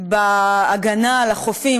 בהגנה על החופים,